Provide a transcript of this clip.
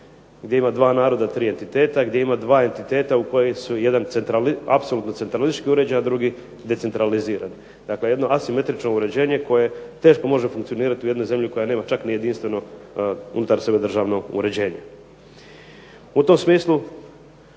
gdje ima 2 naroda i 3 entiteta, gdje ima 2 entiteta u kojem su jedan apsolutno centralistički uređen, a drugi decentraliziran. Dakle, jedno asimetrično uređenje koje teško može funkcionirati u jednoj zemlji koja nema čak ni jedinstveno unutar sebe državno uređenje. U tom smislu